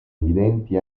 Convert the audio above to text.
evidenti